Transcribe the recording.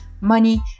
money